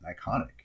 Iconic